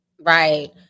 Right